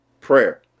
prayer